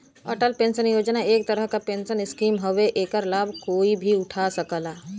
Atal pension योजना एक तरह क पेंशन स्कीम हउवे एकर लाभ कोई भी उठा सकला